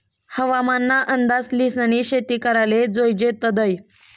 हवामान ना अंदाज ल्हिसनी शेती कराले जोयजे तदय